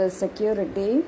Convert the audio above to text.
security